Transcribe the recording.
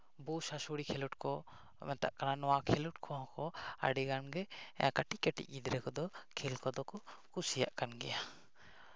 ᱵᱳᱣ ᱥᱟᱥᱩᱲᱤ ᱠᱷᱮᱞᱳᱰ ᱠᱚ ᱢᱮᱛᱟᱜ ᱠᱟᱱᱟ ᱱᱚᱣᱟ ᱠᱷᱮᱞᱳᱰ ᱠᱷᱚᱱ ᱠᱚ ᱟᱹᱰᱤᱜᱟᱱ ᱜᱮ ᱠᱟᱹᱴᱤᱡ ᱠᱟᱹᱴᱤᱡ ᱜᱤᱫᱽᱨᱟᱹ ᱠᱚᱫᱚ ᱠᱷᱮᱞ ᱠᱚᱫᱚ ᱠᱚ ᱠᱩᱥᱤᱭᱟᱜ ᱠᱟᱱ ᱜᱮᱭᱟ